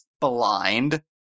blind